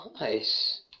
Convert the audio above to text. Nice